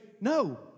no